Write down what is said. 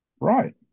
Right